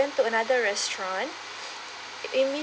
into another restaurant immediate